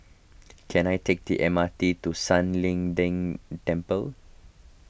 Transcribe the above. can I take the M R T to San Lian Deng Temple